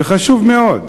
חשוב מאוד,